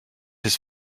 his